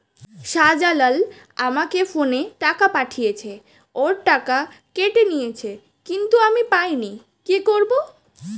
শাহ্জালাল আমাকে ফোনে টাকা পাঠিয়েছে, ওর টাকা কেটে নিয়েছে কিন্তু আমি পাইনি, কি করব?